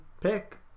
pick